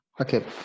Okay